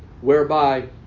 whereby